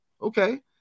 Okay